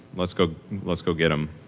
let's go let's go get them.